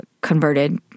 converted